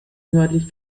nördlich